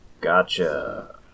gotcha